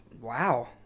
Wow